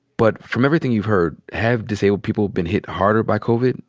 but from everything you've heard, have disabled people been hit harder by covid?